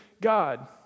God